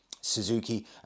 Suzuki